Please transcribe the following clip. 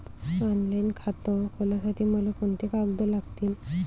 Online खातं खोलासाठी मले कोंते कागद लागतील?